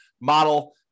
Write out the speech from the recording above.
model